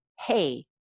hey